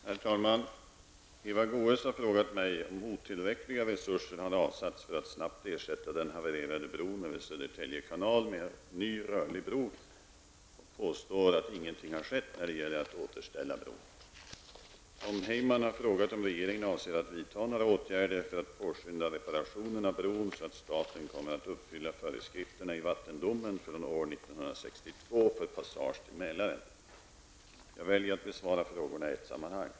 Herr talman! Eva Goe s har frågat mig om otillräckliga resurser har avsatts för att snabbt ersätta den havererade bron över Södertälje kanal med en ny rörlig bro och påstår att ingenting har skett när det gäller att återställa bron. Tom Heyman har frågat om regeringen avser att vidta några åtgärder för att påskynda reparationen av bron så att staten kommer att uppfylla föreskrifterna i vattendomen från år 1962 för passage till Mälaren. Jag väljer att besvara frågorna i ett sammanhang.